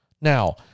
Now